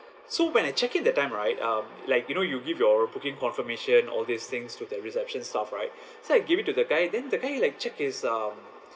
so when I check in that time right um like you know you give your booking confirmation all these things to the reception staff right so I give it to the guy then the guy like check his um